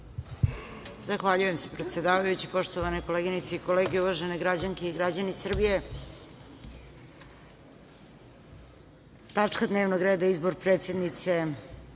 Zahvaljujem se, predsedavajući. Poštovane koleginice i kolege, uvažene građanke i građani Srbije, tačka dnevnog reda je izbor predsednice